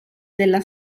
della